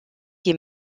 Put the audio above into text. qui